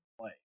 play